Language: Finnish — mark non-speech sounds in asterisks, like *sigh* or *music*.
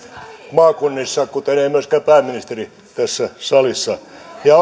maakunnissa kuten ei myöskään pääministeri tässä salissa ja *unintelligible*